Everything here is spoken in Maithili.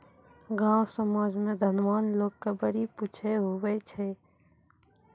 गाँव समाज मे धनवान लोग के बड़ी पुछ हुवै छै